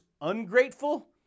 ungrateful